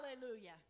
hallelujah